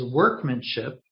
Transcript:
workmanship